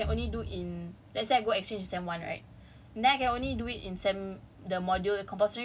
you cannot do in sem like let's say I want to cause cause I can only do in let's say I go exchange in sem one right